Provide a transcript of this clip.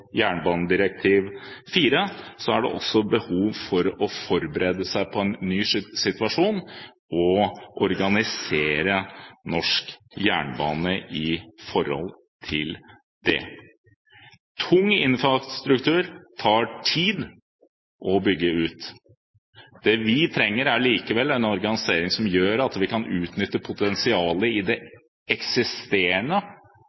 er det også behov for å forberede seg på en ny situasjon og organisere norsk jernbane ut fra det. Tung infrastruktur tar tid å bygge ut. Det vi trenger, er likevel en organisering som gjør at vi kan utnytte potensialet i